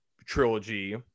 trilogy